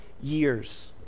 years